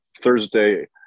Thursday